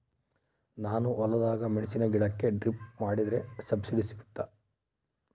ನಾನು ಹೊಲದಾಗ ಮೆಣಸಿನ ಗಿಡಕ್ಕೆ ಡ್ರಿಪ್ ಮಾಡಿದ್ರೆ ಸಬ್ಸಿಡಿ ಸಿಗುತ್ತಾ?